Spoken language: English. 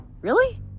Really